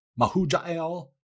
Mahujael